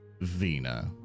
Vina